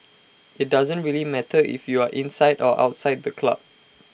IT doesn't really matter if you are inside or outside the club